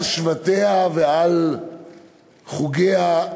על שבטיה ועל חוגיה,